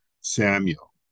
samuel